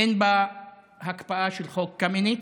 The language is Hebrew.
אין בה הקפאה של חוק קמיניץ,